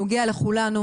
נוגע לכולנו,